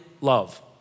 love